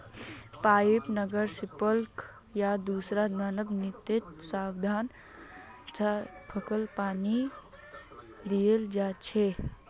pipe, नहर, sprinkler या दूसरा मानव निर्मित साधन स फसलके पानी दियाल जा छेक